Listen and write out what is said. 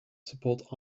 support